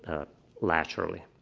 laterally.